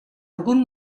algun